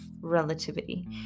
relativity